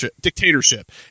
dictatorship